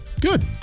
good